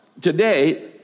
today